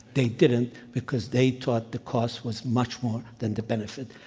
they didn't because they thought the cost was much more than the benefit.